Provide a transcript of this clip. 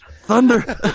thunder